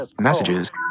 messages